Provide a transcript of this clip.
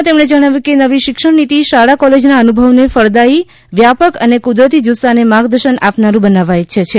શ્રી મોદીએ કહ્યું કે નવી શિક્ષણ નીતિ શાળા કોલેજના અનુભવને ફળદાયી વ્યાપક અને કુદરતી જુસ્સાને માર્ગદર્શન આપનારું બનાવવા ઇચ્છે છે